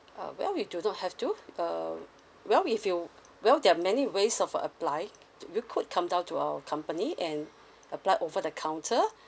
uh well we do not have to uh well if you well there are many ways of applying you could come down to our company and apply over the counter